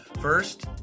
First